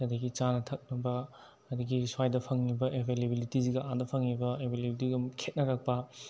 ꯑꯗꯒꯤ ꯆꯥꯅ ꯊꯛꯅꯕ ꯑꯗꯒꯤ ꯁ꯭ꯋꯥꯏꯗ ꯐꯪꯉꯤꯕ ꯑꯦꯕꯥꯏꯂꯦꯕꯤꯂꯤꯇꯤꯁꯤꯒ ꯑꯗ ꯐꯪꯉꯤꯕ ꯑꯦꯕꯥꯏꯂꯦꯕꯤꯂꯤꯇꯤꯒ ꯈꯦꯠꯅꯔꯛꯄ